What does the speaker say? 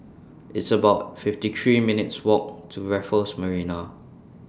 It's about fifty three minutes' Walk to Raffles Marina